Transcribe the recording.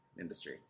industry